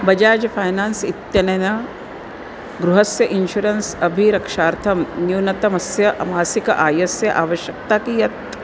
Bajaj finance इत्यनेन गृहस्य insurance अभिरक्षार्थं न्यूनतमस्य मासिक आयस्य आवश्यकता कियत्